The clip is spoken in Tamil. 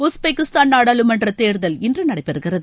உஸ்பெகிஸ்தான் நாடாளுமன்ற தேர்தல் இன்று நடைபெறுகிறது